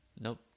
Nope